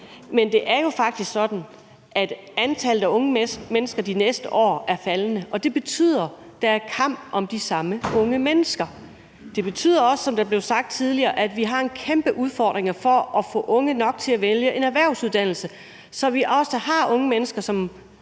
Men det er jo faktisk sådan, at antallet af unge mennesker de næste år er faldende, og det betyder, at der er kamp om de samme unge mennesker, og at vi, som der også blev sagt tidligere, også har en kæmpe udfordring med at få unge nok til at vælge en erhvervsuddannelse, så vi også har unge mennesker, som